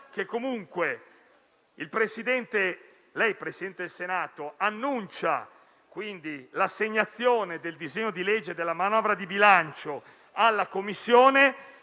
volta il Presidente del Senato - lei - annuncia l'assegnazione del disegno di legge, della manovra di bilancio alla Commissione